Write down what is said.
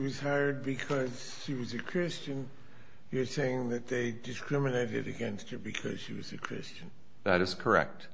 hired because she was a christian you're saying that they discriminated against you because she was a christian that is correct